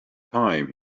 time